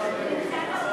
אני נמצא.